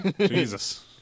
Jesus